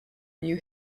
new